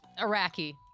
Iraqi